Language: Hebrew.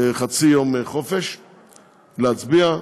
חצי יום חופש להצביע,